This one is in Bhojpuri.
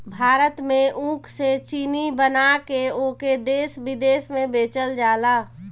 भारत में ऊख से चीनी बना के ओके देस बिदेस में बेचल जाला